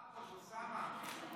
אוסאמה.